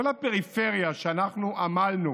כל הפריפריה שאנחנו עמלנו